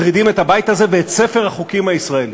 מטרידים את הבית הזה ואת ספר החוקים הישראלי?